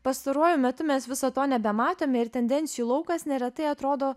pastaruoju metu mes viso to nebematėme ir tendencijų laukas neretai atrodo